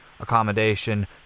Accommodation